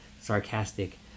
sarcastic